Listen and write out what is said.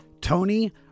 Tony